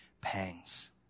pangs